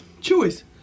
Choice